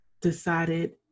decided